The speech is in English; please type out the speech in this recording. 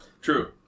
True